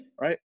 right